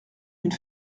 une